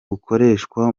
bukoreshwa